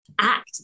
act